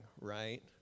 right